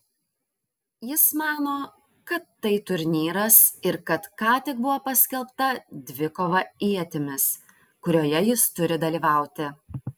jis mano kad tai turnyras ir kad ką tik buvo paskelbta dvikova ietimis kurioje jis turi dalyvauti